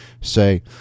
say